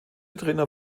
trainer